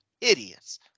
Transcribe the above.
idiots